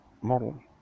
model